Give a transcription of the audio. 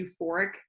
euphoric